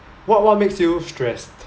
what what makes you stressed